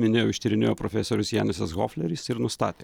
minėjau ištyrinėjo profesorius janisas hofleris ir nustatė